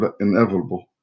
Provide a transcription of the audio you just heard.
inevitable